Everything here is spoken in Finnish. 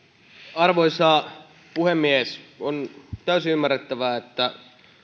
arvoisa puhemies on täysin ymmärrettävää että